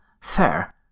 fair